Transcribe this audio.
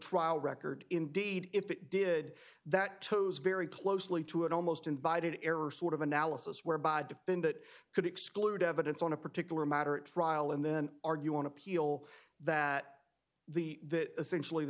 trial record indeed if it did that those very closely to it almost invited error sort of analysis where bod then that could exclude evidence on a particular matter at trial and then argue on appeal that the that essentially